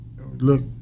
Look